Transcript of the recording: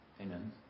Amen